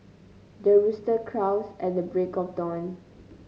the rooster crows at the break of dawn